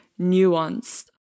nuanced